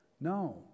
No